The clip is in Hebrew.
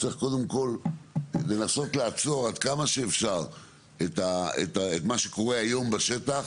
צריך קודם כל לנסות לעצור עד כמה שאפשר את מה שקורה היום בשטח,